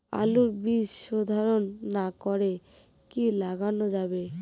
আলুর বীজ শোধন না করে কি লাগানো যাবে?